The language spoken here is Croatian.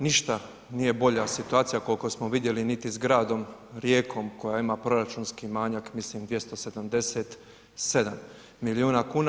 Ništa nije bolja situacija, koliko smo vidjeli niti s gradom Rijekom, koja ima proračunski manjak, mislim 277 milijuna kuna.